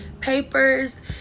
papers